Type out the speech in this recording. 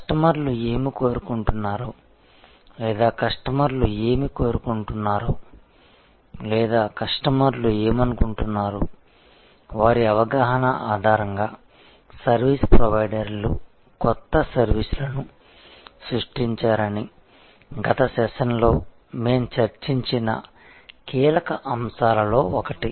కస్టమర్లు ఏమి కోరుకుంటున్నారో లేదా కస్టమర్లు ఏమి కోరుకుంటున్నారో లేదా కస్టమర్లు ఏమనుకుంటున్నారో వారి అవగాహన ఆధారంగా సర్వీస్ ప్రొవైడర్లు కొత్త సర్వీసులను సృష్టించారని గత సెషన్లో మేం చర్చించిన కీలక అంశాలలో ఒకటి